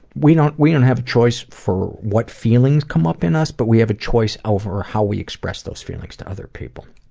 we don't we don't have a choice for what feelings come up in us but we a choice over how we express those feelings to other people.